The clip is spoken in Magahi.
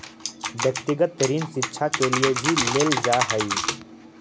व्यक्तिगत ऋण शिक्षा के लिए भी लेल जा हई